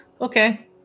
Okay